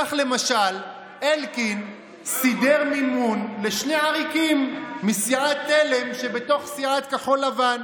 כך למשל אלקין סידר מימון לשני עריקים מסיעת תל"ם שבתוך סיעת כחול לבן,